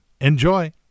Enjoy